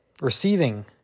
receiving